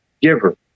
giver